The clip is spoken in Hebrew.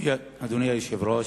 אדוני היושב-ראש,